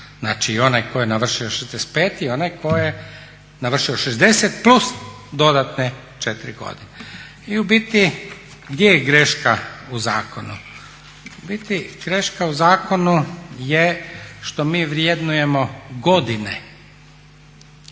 Znači i onaj tko je navršio 65. i onaj tko je navršio 60. plus dodatne 4 godine. I u biti gdje je greška u zakonu? U biti greška u zakonu je što mi vrednujemo godine